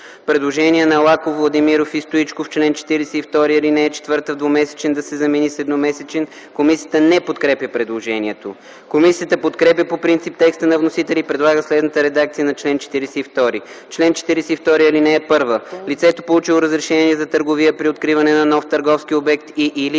представители Лаков, Владимиров и Стоичков – в чл. 42, ал. 4 „двумесечен” да се замени с „едномесечен”. Комисията не подкрепя предложението. Комисията подкрепя по принцип текста на вносителя и предлага следната редакция на чл. 42: „Чл. 42. (1) Лицето, получило разрешение за търговия, при откриване на нов търговски обект и/или